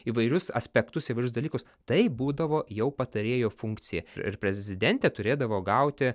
įvairius aspektus įvairius dalykus tai būdavo jau patarėjo funkcija ir prezidentė turėdavo gauti